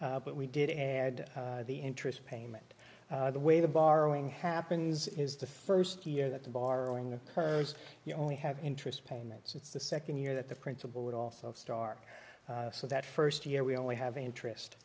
fifteen but we did it and the interest payment the way the borrowing happens is the first year that the borrowing of hers you only have interest payments it's the second year that the principal would also start so that first year we only have interest